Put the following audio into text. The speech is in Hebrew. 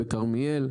בכרמיאל,